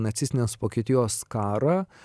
nacistinės vokietijos karą